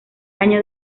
año